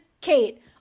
Kate